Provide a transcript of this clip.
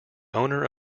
owner